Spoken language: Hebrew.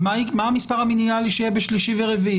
ומה המספר המינימלי שיהיה בשלישי וברביעי?